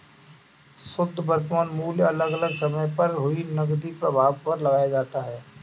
शुध्द वर्तमान मूल्य अलग अलग समय पर हुए नकदी प्रवाह पर लगाया जाता है